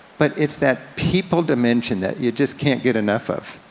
but it's that people dimension, that you just can't get enough of.